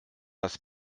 das